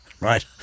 right